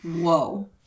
Whoa